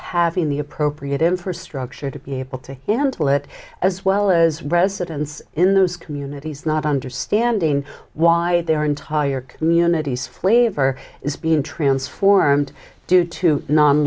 having the appropriate infrastructure to be able to handle it as well as residents in those communities not understanding why there are entire communities flavor is being transformed due to non